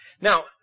Now